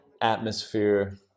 atmosphere